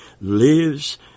lives